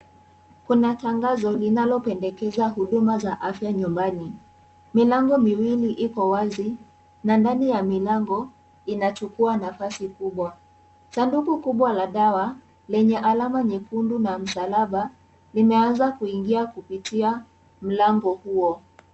Kuna tangazo linalopendekeza huduma za afya nyumbani. Milango miwili iko wazi na ndani ya milango inachukua nafasi kubwa. Sanduku kubwa la dawa lenye alama nyekundu na msalaba, limeanza kuingia kupitia mlango huo.